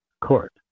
court